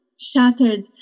shattered